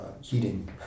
heating